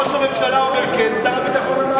שר הביטחון אמר לא.